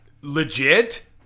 legit